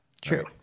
True